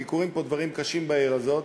כי קורים דברים קשים פה בעיר הזאת,